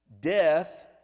death